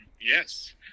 Yes